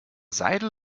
seidel